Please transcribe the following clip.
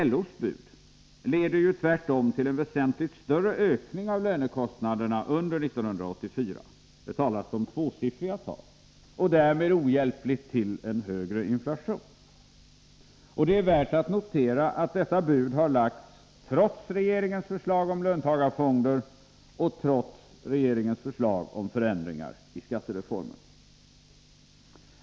LO:s bud leder tvärtom till en väsentligt större ökning av lönekostnaderna under 1984 — det talas om tvåsiffriga tal — och därmed ohjälpligt också till en högre inflationen. Det är värt att notera att detta bud har lagts trots regeringens förslag om löntagarfonder och om förändringar i skattereformen.